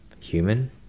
Human